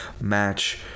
match